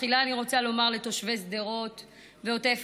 תחילה אני רוצה לומר לתושבי שדרות ועוטף